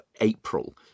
April